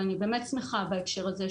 ואני שמחה בהקשר הזה,